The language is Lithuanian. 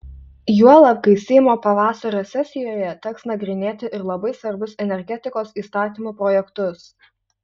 juolab kai seimo pavasario sesijoje teks nagrinėti ir labai svarbius energetikos įstatymų projektus